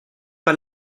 pas